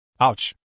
Ouch